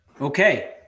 Okay